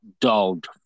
dulled